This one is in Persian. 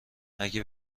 اگه